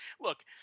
look